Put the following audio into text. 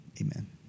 amen